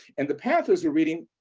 and the pathers were reading